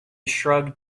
shrugged